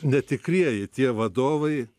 netikrieji tie vadovai